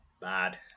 bad